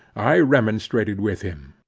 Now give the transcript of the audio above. i remonstrated with him.